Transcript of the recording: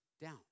down